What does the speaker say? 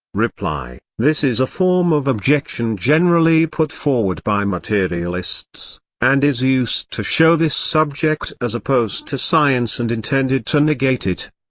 reply this is a form of objection generally put forward by materialists, and is used to show this subject as opposed to science and intended to negate it.